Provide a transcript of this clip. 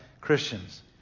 Christians